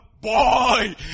boy